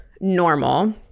normal